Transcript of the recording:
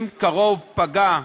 אם קרוב פגע,